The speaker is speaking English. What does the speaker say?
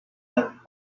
that